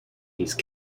these